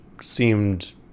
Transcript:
seemed